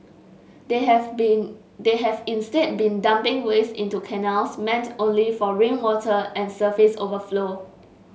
they have been they have instead been dumping waste into canals meant only for rainwater and surface overflow